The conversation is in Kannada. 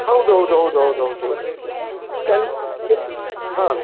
ಹೌದೌದೌದೌದೌದೌದು ಹಾಂ